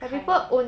kind ah